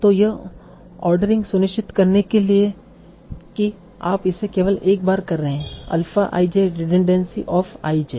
तो यह ओर्ड़ेरिंग सुनिश्चित करने के लिए है कि आप इसे केवल एक बार कर रहे हैं alpha i j redundancy of i j